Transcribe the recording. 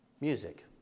music